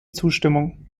zustimmung